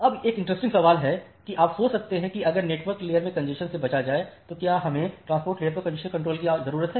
अब एक इंटरेस्टिंग सवाल है कि आप सोच सकते हैं कि अगर नेटवर्क लेयर में कंजेशन से बचा जाए तो क्या हमें ट्रांसपोर्ट लेयर पर कंजेशन कंट्रोल की जरूरत है